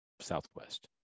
Southwest